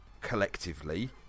collectively